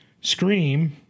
Scream